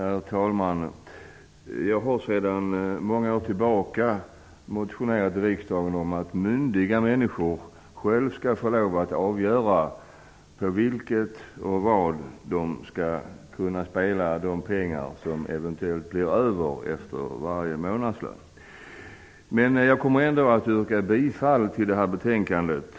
Herr talman! Jag har i många år tillbaka motionerat i riksdagen om att myndiga människor själva skall få lov att avgöra vad de skall spela de pengar på som eventuellt blir över av varje månadslön. Men jag kommer ändå att yrka bifall till hemställan i det här betänkandet.